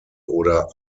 oder